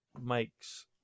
makes